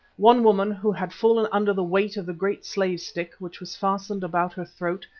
one woman, who had fallen under the weight of the great slave-stick which was fastened about her throat,